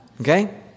Okay